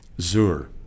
Zur